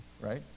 right